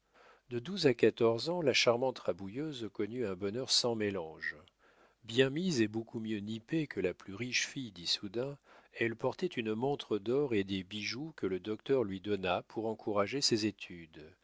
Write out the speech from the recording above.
de douze à quatorze ans la charmante rabouilleuse connut un bonheur sans mélange bien mise et beaucoup mieux nippée que la plus riche fille d'issoudun elle portait une montre d'or et des bijoux que le docteur lui donna pour encourager ses études